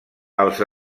els